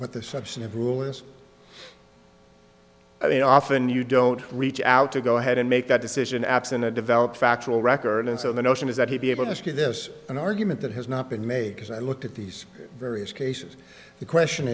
is i mean often you don't reach out to go ahead and make that decision absent a developed factual record and so the notion is that he be able to ask you this an argument that has not been made because i looked at these various cases the question